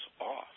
off